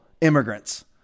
immigrants